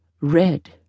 red